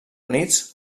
units